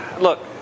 Look